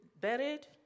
Buried